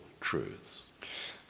truths